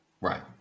Right